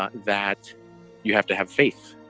ah that you have to have faith.